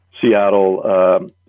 Seattle